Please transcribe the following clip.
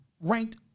ranked